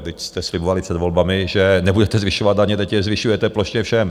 Vždyť jste slibovali před volbami, že nebudete zvyšovat daně teď je zvyšujete plošně všem.